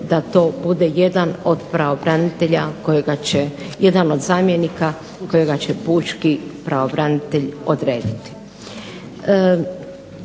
kojega će, jedan od zamjenika kojega će pučki pravobranitelj odrediti.